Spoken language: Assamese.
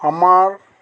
আমাৰ